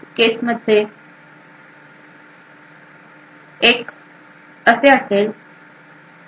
तर या केस मध्ये एक असेल